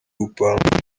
gupanga